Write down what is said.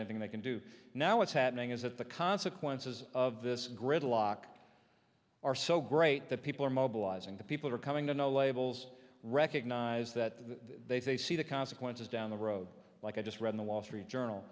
anything they can do now what's happening is that the consequences of this gridlock are so great that people are mobilizing the people are coming to no labels recognize that they see the consequences down the road like i just read the wall street journal